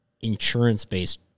insurance-based